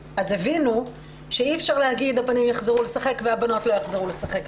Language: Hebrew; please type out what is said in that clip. אז הבינו שאי אפשר להגיד שהבנים יחזרו לשחק והבנות לא יחזרו לשחק,